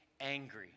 angry